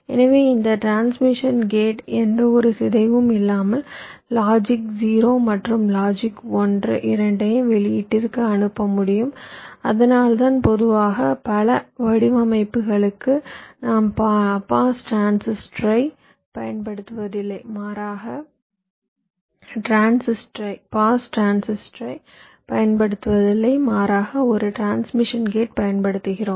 எனவே இந்த transmission gate எந்தவொரு சிதைவும் இல்லாமல் லாஜிக் 0 மற்றும் லாஜிக் 1 இரண்டையும் வெளியீட்டிற்கு அனுப்ப முடியும் அதனால்தான் பொதுவாக பல வடிவமைப்புகளுக்கு நாம் பாஸ் டிரான்சிஸ்டரைப் பயன்படுத்துவதில்லை மாறாக ஒரு டிரான்ஸ்மிஷன் கேட் பயன்படுத்துகிறோம்